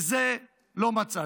לזה לא מצאתם.